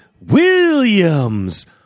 Williams